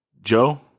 Joe